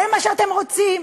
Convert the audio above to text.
זה מה שאתם רוצים?